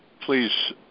please